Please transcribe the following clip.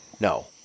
No